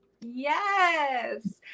Yes